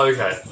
Okay